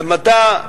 במדע,